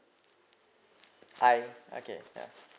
I okay yea